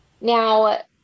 now